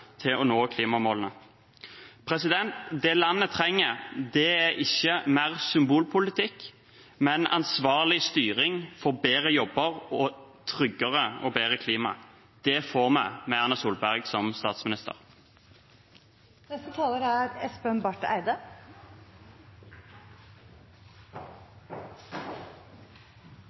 til å nå klimamålene. Det landet trenger, er ikke mer symbolpolitikk, men ansvarlig styring for bedre og tryggere jobber og bedre klima. Det får vi med Erna Solberg som